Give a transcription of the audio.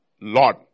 Lord